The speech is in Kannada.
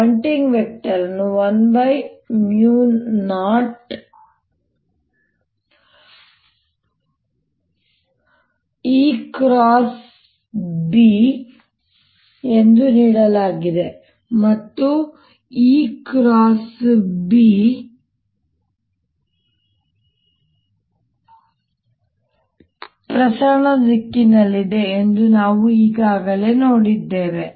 ಪಾಯಿಂಟಿಂಗ್ ವೆಕ್ಟರ್ ಅನ್ನು 10EB ಎಂದು ನೀಡಲಾಗಿದೆ ಮತ್ತುEB ಪ್ರಸರಣದ ದಿಕ್ಕಿನಲ್ಲಿದೆ ಎಂದು ನಾವು ಈಗಾಗಲೇ ನೋಡಿದ್ದೇವೆ